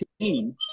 team